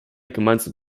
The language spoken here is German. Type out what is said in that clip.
gemeinsam